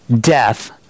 death